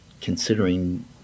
considering